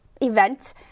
event